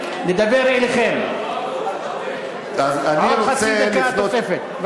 לדבר אליכם עוד חצי דקה נוספת.